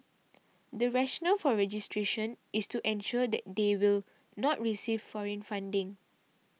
the rationale for registration is to ensure that they will not receive foreign funding